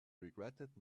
regretted